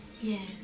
yes